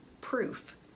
proof